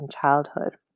childhood